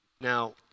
Now